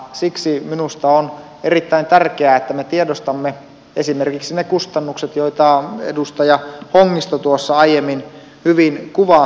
siksi minusta on erittäin tärkeää että me tiedostamme esimerkiksi ne kustannukset joita edustaja hongisto tuossa aiemmin hyvin kuvasi